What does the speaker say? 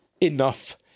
enough